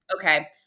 okay